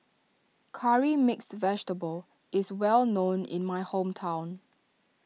Curry Mixed Vegetable is well known in my hometown